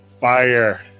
Fire